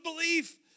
belief